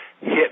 hit